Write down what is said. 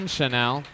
Chanel